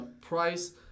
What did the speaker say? Price